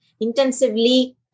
intensively